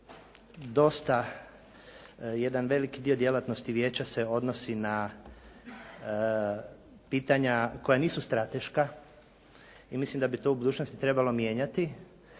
dosta jedan veliki dio djelatnosti Vijeća se odnosi na pitanja koja nisu strateška i mislim da bi to u budućnosti trebalo mijenjati.